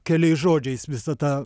keliais žodžiais visą tą